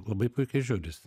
labai puikiai žiūrisi